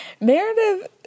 Meredith